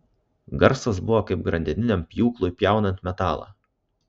garsas buvo kaip grandininiam pjūklui pjaunant metalą